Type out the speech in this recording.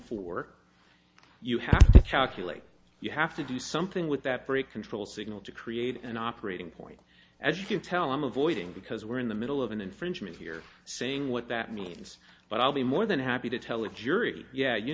for you have to chuck really you have to do something with that break control signal to create an operating point as you can tell i'm avoiding because we're in the middle of an infringement here saying what that means but i'll be more than happy to tell a jury yeah you